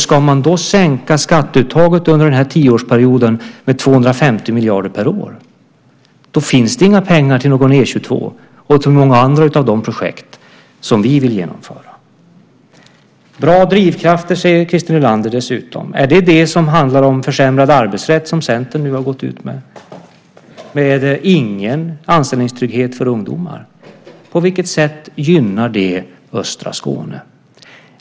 Ska man då sänka skatteuttaget under denna tioårsperiod med 250 miljarder per år finns det inga pengar till någon E 22 och till många andra av de projekt som vi vill genomföra. Christer Nylander nämner dessutom bra drivkrafter. Är det det som handlar om försämrad arbetsrätt med ingen anställningstrygghet för ungdomar, som Centern har gått ut med? På vilket sätt gynnar det östra Skåne?